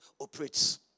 operates